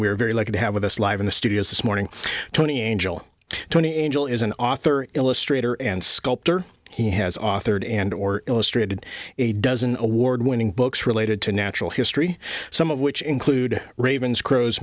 are very lucky to have with us live in the studio this morning tony angel tony angel is an author illustrator and sculptor he has authored and or illustrated a dozen award winning books related to natural history some of which include ravens crows